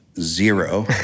zero